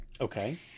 Okay